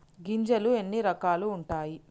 గింజలు ఎన్ని రకాలు ఉంటాయి?